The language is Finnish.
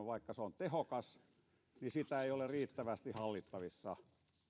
vaikka markkinatalousjärjestelmä on tehokas niin se ei ole riittävästi hallittavissa